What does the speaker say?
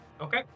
Okay